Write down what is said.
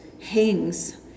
hangs